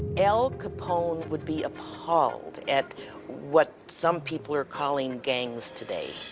al capone would be appalled at what some people are calling gangs today.